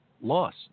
loss